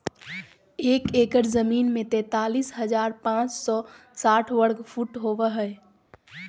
एक एकड़ जमीन में तैंतालीस हजार पांच सौ साठ वर्ग फुट होबो हइ